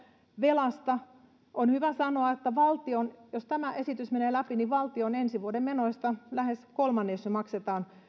velasta on hyvä sanoa että jos tämä esitys menee läpi niin valtion ensi vuoden menoista jo lähes kolmannes maksetaan